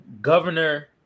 governor